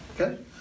okay